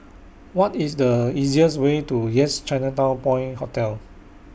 What IS The easiest Way to Yes Chinatown Point Hotel